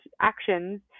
actions